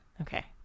Okay